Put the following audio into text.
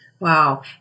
wow